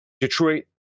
Detroit